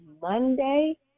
Monday